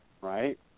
right